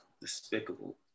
despicable